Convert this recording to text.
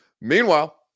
Meanwhile